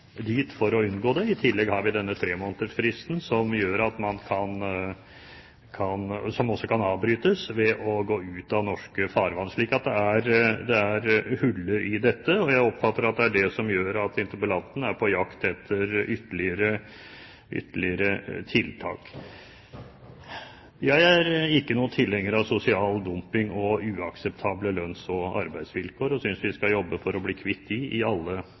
dit for å unngå det. I tillegg har vi denne tremånedersfristen, som også kan avbrytes ved å gå ut av norske farvann. Så det er huller i dette, og jeg oppfatter at det er det som gjør at interpellanten er på jakt etter ytterligere tiltak. Jeg er ikke noen tilhenger av sosial dumping og uakseptable lønns- og arbeidsvilkår, og synes vi skal jobbe for å bli kvitt det i alle